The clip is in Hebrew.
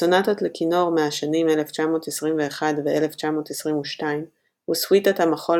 הסונאטות לכינור מהשנים 1921 ו־1922 וסוויטת המחול